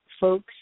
folks